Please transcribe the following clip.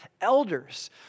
elders